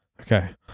Okay